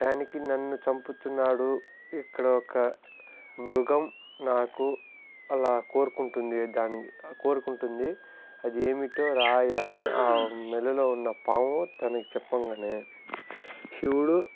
టైంకి నన్ను చంపుతున్నాడు ఇక్కడ ఒక మృగం నాకు అలా కోరుకుంటుందీ దాని కోరుకుంటుంది అది ఏమిటో రా అయ్యా అని ఆ మెడలో ఉన్న పాము తనకు చెప్పగానే శివుడు